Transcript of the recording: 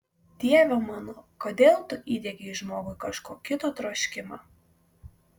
dieve mano kodėl tu įdiegei žmogui kažko kito troškimą